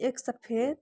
एक सफेद